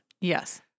Yes